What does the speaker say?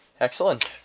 Excellent